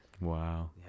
Wow